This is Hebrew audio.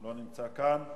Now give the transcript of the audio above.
לא נמצא כאן.